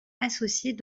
associée